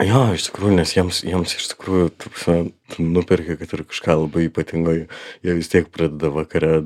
jo iš tikrųjų nes jiems jiems iš tikrųjų ta prasme nuperki kad ir kažką labai ypatingo jie jie vis tiek pradeda vakare